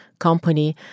Company